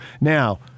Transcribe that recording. Now